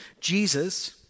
Jesus